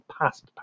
past